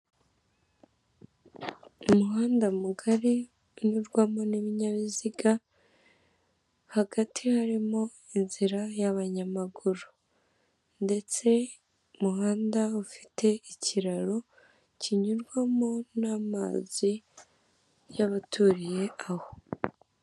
Umuhanda mugari unyurwamo n'ibinyabiziga hagati harimo inzira y'abanyamaguru ndetse umuhanda ufite ikiraro kinyurwamo n'amazi y'abaturiye aho.